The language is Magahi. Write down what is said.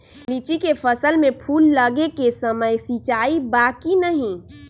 लीची के फसल में फूल लगे के समय सिंचाई बा कि नही?